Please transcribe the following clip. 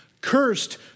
cursed